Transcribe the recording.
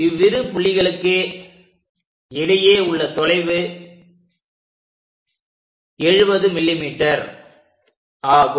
இவ்விரு புள்ளிகளுக்கு இடையே உள்ள தொலைவு 70 mm ஆகும்